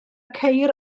ceir